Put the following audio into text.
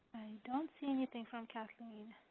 don't see anything from kathleen.